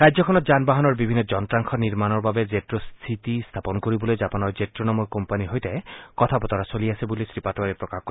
ৰাজ্যখনত যান বাহনৰ বিভিন্ন যন্ত্ৰাংশ নিৰ্মানৰ বাবে জেট্ 'চিটি স্থাপন কৰিবলৈ জাপানৰ জ্ট্ 'নামৰ কোম্পানীৰ সৈতে কথা বতৰা চলি আছে বুলি শ্ৰীপাটোৱাৰীয়ে প্ৰকাশ কৰে